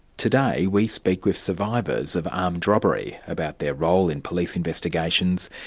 today we speak with survivors of armed robbery about their role in police investigations,